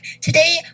Today